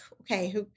okay